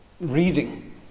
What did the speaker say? reading